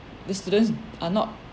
these students are not